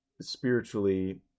spiritually